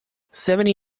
seventy